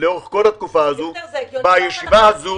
לאורך כל התקופה הזאת, בישיבה הזאת